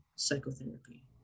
psychotherapy